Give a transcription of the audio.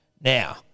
Now